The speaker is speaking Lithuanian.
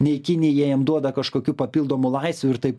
nei kinija jam duoda kažkokių papildomų laisvių ir taip